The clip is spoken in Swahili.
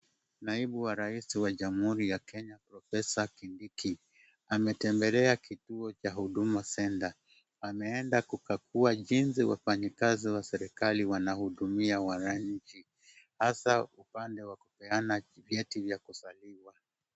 Naibu wa rais wa jamhuri ya Kenya, Professor Kindiki ametembelea kituo cha Huduma Centre. Ameenda kukagua jinsi wafanyikazi wa serikali wanahudumia wananchi hasa upande wa kupeana vyeti vya kuzaliwa.